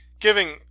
giving